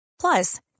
Plus